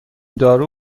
دارو